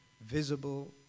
visible